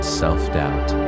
self-doubt